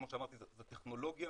כמו שאמרתי, זו טכנולוגיה